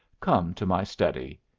come to my study.